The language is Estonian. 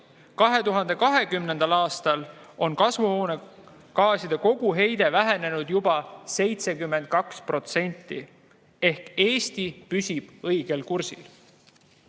2020. aastal oli kasvuhoonegaaside koguheide vähenenud juba 72% ehk Eesti püsib õigel kursil.